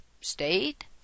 state